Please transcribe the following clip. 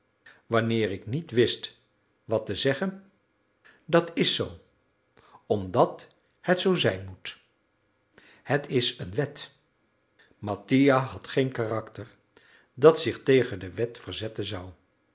wanneer ik niet wist wat te zeggen dat is zoo omdat het zoo zijn moet het is een wet mattia had geen karakter dat zich tegen de wet verzetten zou